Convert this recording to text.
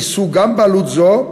יישאו גם בעלות זו,